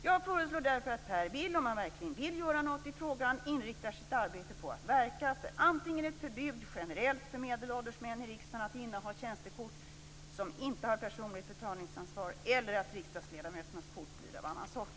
Jag föreslår därför att Per Bill, om han verkligen vill göra något i frågan, inriktar sitt arbete på att verka för antingen ett generellt förbud för medelålders män i riksdagen att inneha tjänstekort som inte har personligt betalningsansvar, eller för att riksdagsledamöternas kort blir av en annan sort.